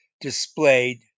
displayed